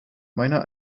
meiner